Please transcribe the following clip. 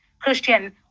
Christian